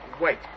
Wait